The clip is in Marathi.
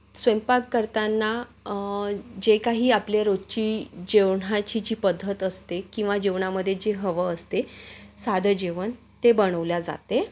स्वयंपाक करताना जे काही आपले रोजची जेवणाची जी पद्धत असते किंवा जेवणामध्ये जे हवं असते साधं जेवण ते बनवल्या जाते